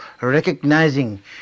recognizing